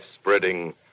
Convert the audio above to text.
spreading